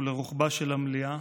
ולרוחבה של המליאה: